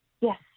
Yes